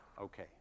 Okay